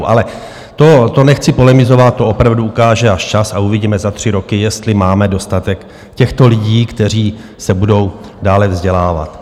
Ale nechci polemizovat, to opravdu ukáže až čas a uvidíme za tři roky, jestli máme dostatek těchto lidí, kteří se budou dále vzdělávat.